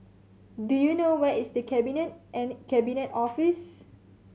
do you know where is The Cabinet and Cabinet Office